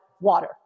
water